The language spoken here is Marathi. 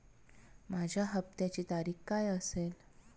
माझ्या हप्त्याची तारीख काय असेल?